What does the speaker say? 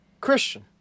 Christian